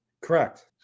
Correct